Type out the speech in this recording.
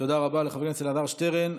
תודה רבה לחבר הכנסת אלעזר שטרן.